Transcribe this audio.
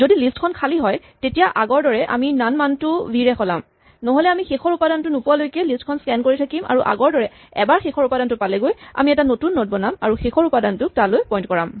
যদি লিষ্ট খন খালী হয় তেতিয়া আগৰ দৰে আমি নন মানটো ভি ৰে সলাম নহলে আমি শেষৰ উপাদানটো নোপোৱালৈকে লিষ্ট খন স্কেন কৰি থাকিম আৰু আগৰদৰে এবাৰ শেষৰ উপাদানটো পালেগৈ আমি এটা নতুন নড বনাম আৰু শেষৰ উপাদানটোক তালৈ পইন্ট কৰাম